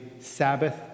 Sabbath